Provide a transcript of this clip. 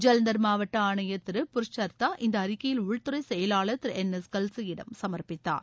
ஜலந்தர் மாவட்ட ஆணையர் திரு புருஷ்சர்த்தா இந்த அறிக்கையில் உள்துறை செயலாளர் திரு என் எஸ் கல்சியிடம் சமர்ப்பித்தார்